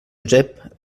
josep